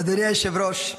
אדוני היושב בראש,